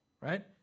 right